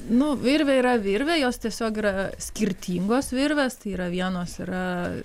nu virvė yra virvė jos tiesiog yra skirtingos virvės tai yra vienos yra